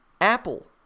Apple